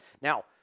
Now